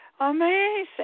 Amazing